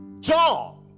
John